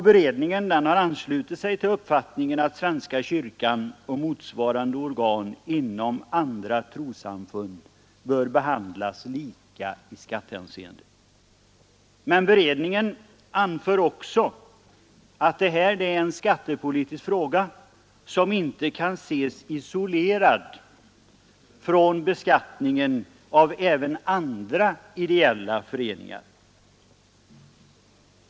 Beredningen har anslutit sig till uppfattningen att svenska kyrkan och motsvarande organ inom andra trossamfund bör behandlas lika i skattehänseende. Men beredningen anför också att detta är en skattepolitisk fråga som inte kan ses isolerad från beskattningen av även andra ideella föreningar.